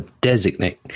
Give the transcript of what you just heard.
designate